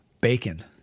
bacon